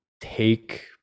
take